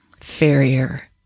Farrier